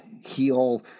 heal